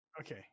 Okay